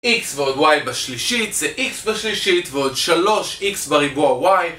x ועוד y בשלישית, זה x בשלישית ועוד 3x בריבוע y